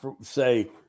say